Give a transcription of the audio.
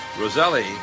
Roselli